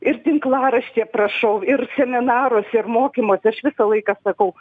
ir tinklaraštyje prašau ir seminaruose ir mokymuose aš visą laiką sakau